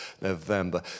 November